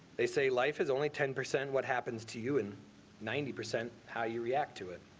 they say life is only ten percent what happens to you and ninety percent how you react to it.